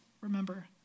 remember